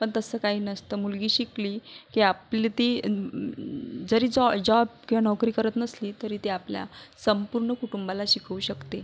पण तसं काही नसतं मुलगी शिकली की आपली ती जरी जॉ जॉब किंवा नोकरी करत नसली तरी ती आपल्या संपूर्ण कुटुंबाला शिकवू शकते